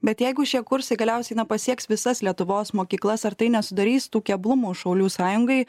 bet jeigu šie kursai galiausiai pasieks visas lietuvos mokyklas ar tai nesudarys tų keblumų šaulių sąjungai